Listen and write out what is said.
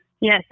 Yes